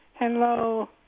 Hello